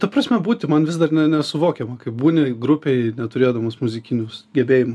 ta prasme būti man vis dar ne nesuvokiama kai būni grupėj neturėdamas muzikinius gebėjimų